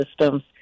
systems